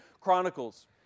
Chronicles